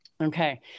Okay